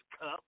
cup